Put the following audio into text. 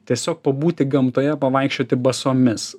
tiesiog pabūti gamtoje pavaikščioti basomis